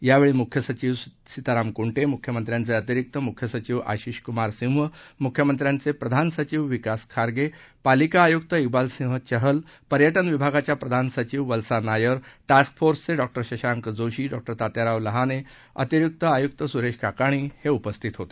यावेळी मुख्य सचिव सीताराम कुंटे मुख्यमंत्र्यांचे अतिरिक्त मुख्य सचिव आशिषकुमार सिंह मुख्यमंत्र्यांचे प्रधान सचिव विकास खारगे पालिका आयुक्त िबालसिंह चहल पर्यटन विभागाच्या प्रधान सचिव वल्सा नायर टास्क फोर्सचे डॉ शशांक जोशी डॉ तात्याराव लहाने अतिरिक्त आयुक्त सुरेश काकाणी उपस्थित होते